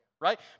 Right